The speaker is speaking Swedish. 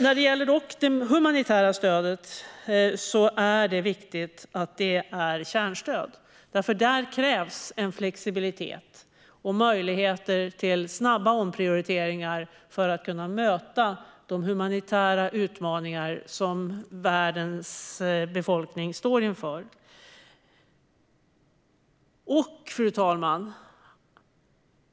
När det gäller det humanitära stödet är det viktigt att det är kärnstöd, för där krävs en flexibilitet och möjligheter till snabba omprioriteringar för att kunna möta de humanitära utmaningar som världens befolkning står inför. Fru talman!